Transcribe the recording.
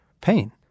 pain